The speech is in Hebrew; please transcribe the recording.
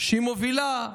היא מובילה,